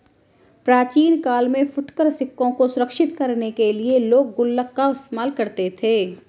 प्राचीन काल में फुटकर सिक्कों को सुरक्षित करने के लिए लोग गुल्लक का इस्तेमाल करते थे